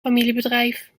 familiebedrijf